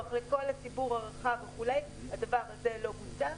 לכל הציבור הרחב הדבר הזה לא בוצע.